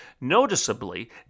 noticeably